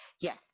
Yes